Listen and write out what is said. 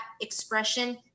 expression